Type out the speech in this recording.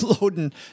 loading